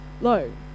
low